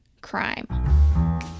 crime